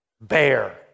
bear